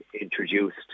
introduced